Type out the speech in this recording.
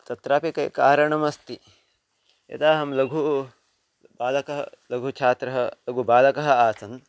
तत्रापि के कारणमस्ति यदा अहं लघुबालकः लघुछात्रः लघुबालकः आसन्